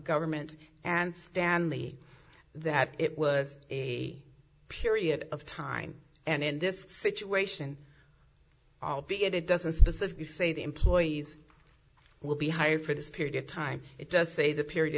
government and stanley that it was a period of time and in this situation albeit it doesn't specifically say the employees will be hired for this period of time it does say the